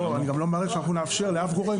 י.ש.: אני גם לא מאפשר לאף גורם,